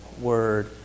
word